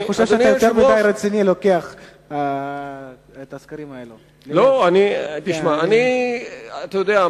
אני חושב לוקח את הסקרים האלה שאתה יותר מדי ברצינות.